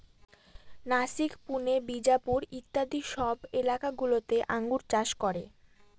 নাসিক, পুনে, বিজাপুর ইত্যাদি সব এলাকা গুলোতে আঙ্গুর চাষ করে